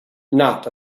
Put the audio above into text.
not